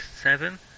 seven